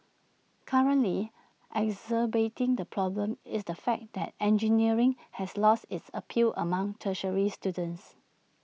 currently exacerbating the problem is the fact that engineering has lost its appeal among tertiary students